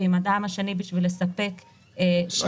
ועם חברה שנייה בשביל לספק שערים,